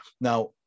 Now